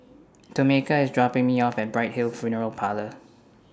Tomeka IS dropping Me off At Bright Hill Funeral Parlour